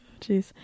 Jeez